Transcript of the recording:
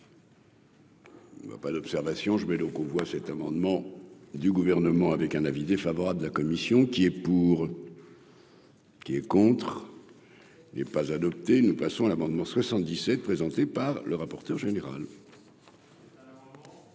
Il ne va pas d'observation, je mets le convoi cet amendement du gouvernement avec un avis défavorable de la commission qui est pour. Qui est contre, il n'est pas adopté, nous passons à l'amendement 77 présenté par le rapporteur général.